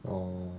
orh